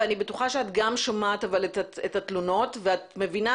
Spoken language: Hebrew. אני בטוחה שאת גם שומעת את התלונות ואת מבינה